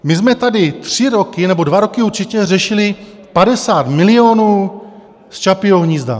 My jsme tady tři roky, nebo dva roky určitě, řešili 50 milionů z Čapího hnízda.